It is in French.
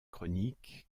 chroniques